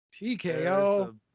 TKO